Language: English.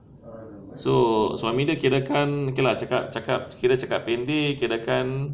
so suami dia kirakan okay lah cakap cakap kira cakap pendek kirakan